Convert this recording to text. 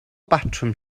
batrwm